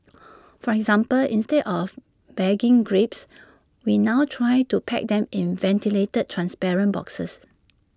for example instead of bagging grapes we now try to pack them in ventilated transparent boxes